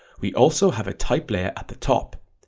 we also have a type layer at the top,